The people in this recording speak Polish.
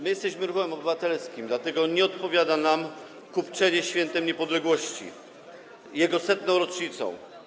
My jesteśmy ruchem obywatelskim, dlatego nie odpowiada nam kupczenie Świętem Niepodległości, jego 100. rocznicą.